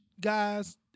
guys